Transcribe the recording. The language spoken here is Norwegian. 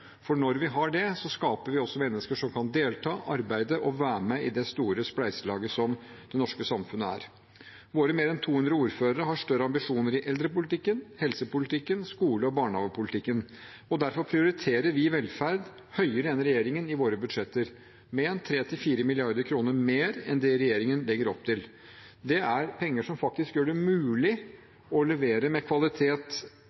for når vi har det, skaper vi også mennesker som kan delta, arbeide og være med i det store spleiselaget som det norske samfunnet er. Våre mer enn 200 ordførere har større ambisjoner i eldrepolitikken, helsepolitikken, skole- og barnehagepolitikken. Derfor prioriterer vi velferd høyere enn regjeringen i våre budsjetter – med 3–4 mrd. kr mer enn det regjeringen legger opp til. Det er penger som gjør det